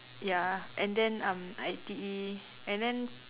ya and then um I_T_E and then